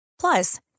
Plus